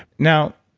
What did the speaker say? now,